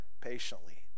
patiently